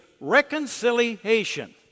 reconciliation